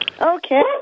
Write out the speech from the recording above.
Okay